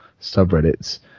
subreddits